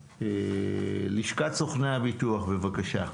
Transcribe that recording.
לשכת סוכני הביטוח, בבקשה.